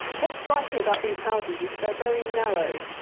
what's striking about these houses is that they are very narrow.